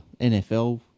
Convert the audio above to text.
NFL